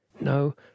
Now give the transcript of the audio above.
No